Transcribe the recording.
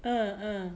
uh uh